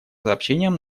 сообщениям